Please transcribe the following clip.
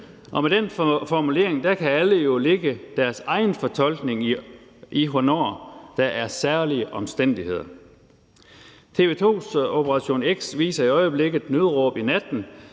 Med den formulering kan alle jo lægge deres egen fortolkning i, hvornår der er særlige omstændigheder. TV 2's »Operation X« viser i øjeblikket et afsnit med titlen